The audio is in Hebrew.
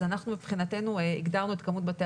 אנחנו מבחינתנו הגדרנו את כמות בתי